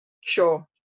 Sure